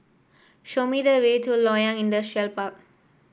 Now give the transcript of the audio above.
show me the way to Loyang Industrial Park